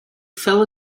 fell